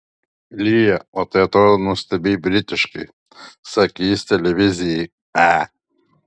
lyja o tai atrodo nuostabiai britiškai sakė jis televizijai e